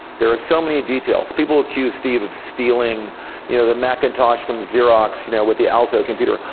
there are so many details. people accuse steve of stealing yeah the macintosh from xerox you know with the alto computer.